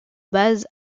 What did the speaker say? bases